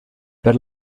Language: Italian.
per